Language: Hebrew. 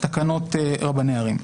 תקנות רבני ערים.